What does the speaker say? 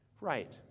right